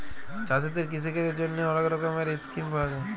চাষীদের কিষিকাজের জ্যনহে অলেক রকমের ইসকিম পাউয়া যায়